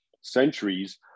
centuries